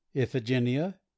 Iphigenia